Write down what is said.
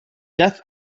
death